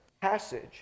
passage